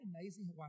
amazing